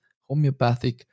homeopathic